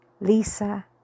Lisa